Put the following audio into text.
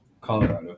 colorado